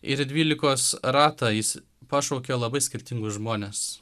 ir į dvylikos ratą jis pašaukė labai skirtingus žmones